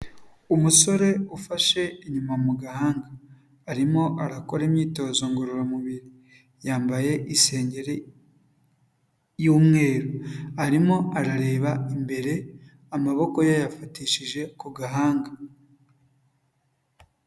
Umusore ufashe inyuma mu gahanga arimo arakora imyitozo ngororamubiri, yambaye isengeri y'umweru, arimo arareba imbere amaboko yayafatishije ku gahanga.